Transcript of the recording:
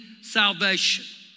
salvation